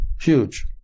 Huge